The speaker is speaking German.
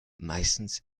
meistens